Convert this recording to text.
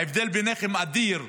ההבדל ביניכם אדיר.